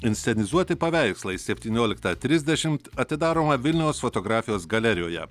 inscenizuoti paveikslai septynioliktą trisdešimt atidaroma vilniaus fotografijos galerijoje